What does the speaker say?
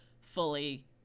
fully